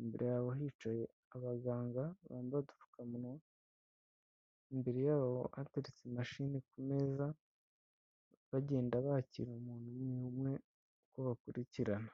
imbere ha hicaye abaganga ba badupfukamunwa, imbere yabo hateretse imashinhini ku meza bagenda bakira umuntu umwe umwe uko bakurikirana.